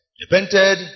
Repented